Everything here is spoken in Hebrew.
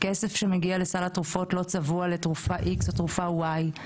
וכסף שמגיע לסל התרופות לא צבוע לתרופה איקס או תרופה וואי,